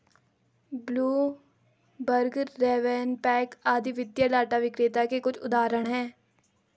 Bloomberg, RavenPack आदि वित्तीय data विक्रेता के कुछ उदाहरण हैं